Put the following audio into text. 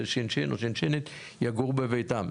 ששינשין או שינשינים יגורו בביתם.